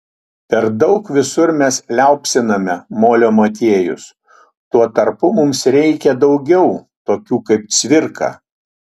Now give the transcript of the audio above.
per daug visur mes liaupsiname molio motiejus tuo tarpu mums reikia daugiau tokių kaip cvirka